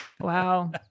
Wow